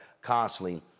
constantly